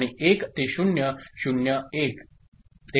आणि 1 ते 0 0 1